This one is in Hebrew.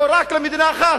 או רק למדינה אחת?